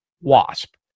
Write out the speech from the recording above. Wasp